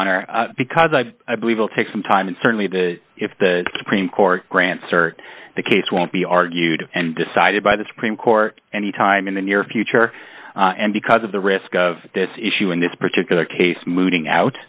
honor because i've i believe will take some time and certainly the if the supreme court grants or the case won't be argued and decided by the supreme court any time in the near future and because of the risk of this issue in this particular case moving out